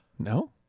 No